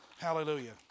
Hallelujah